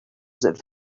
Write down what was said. that